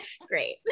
great